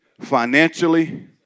financially